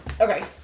Okay